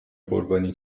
قربانی